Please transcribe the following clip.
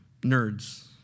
nerds